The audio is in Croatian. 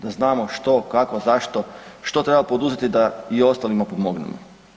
Da znamo što, kako, zašto, što treba poduzeti da i ostalima pomognemo.